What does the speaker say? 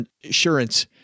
insurance